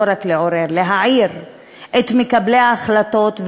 לא רק לעורר את מקבלי ההחלטות,